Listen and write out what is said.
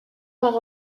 par